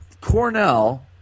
Cornell